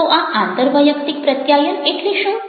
તો આ આંતરવૈયક્તિક પ્રત્યાયન એટલે શું